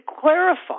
clarify